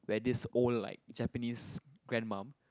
where this old like Japanese grandmum